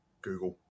Google